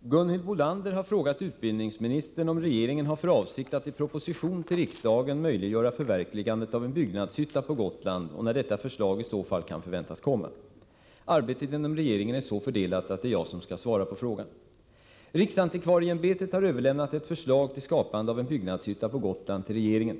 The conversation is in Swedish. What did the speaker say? Gunhild Bolander har frågat utbildningsministern om regeringen har för avsikt att i proposition till riksdagen möjliggöra förverkligandet av en byggnadshytta på Gotland och när detta förslag i så fall kan förväntas komma. Arbetet inom regeringen är så fördelat att det är jag som skall svara på frågan. Riksantikvarieämbetet har överlämnat ett förslag till skapande av en byggnadshytta på Gotland till regeringen.